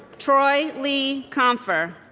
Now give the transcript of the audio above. troy lee confer